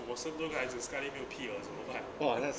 我 simple guide 是 sekali 没有皮 ah 怎么办